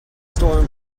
storm